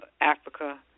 Africa